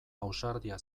ausardia